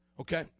okay